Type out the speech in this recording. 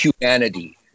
humanity